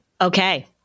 Okay